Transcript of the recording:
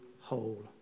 whole